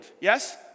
Yes